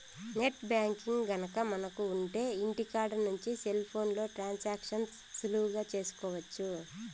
net banking గనక మనకు ఉంటె ఇంటికాడ నుంచి సెల్ ఫోన్లో ట్రాన్సాక్షన్స్ సులువుగా చేసుకోవచ్చు